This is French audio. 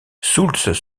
soultz